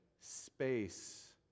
space